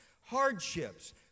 hardships